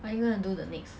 what are you gonna do the next